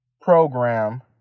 program